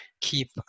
keep